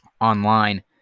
online